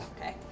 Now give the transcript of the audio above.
Okay